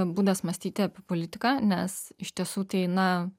būdas mąstyti apie politiką nes iš tiesų tai na